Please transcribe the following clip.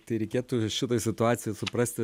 tai reikėtų šitoj situacijoj suprasti